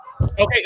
Okay